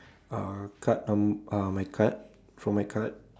uh card num uh my card from my card